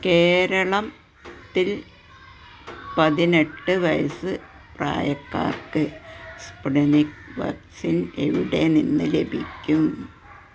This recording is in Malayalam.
കേരളം ത്തിൽ പതിനെട്ട് വയസ്സ് പ്രായക്കാർക്ക് സ്പുട്നിക് വാക്സിൻ എവിടെ നിന്ന് ലഭിക്കും